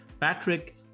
Patrick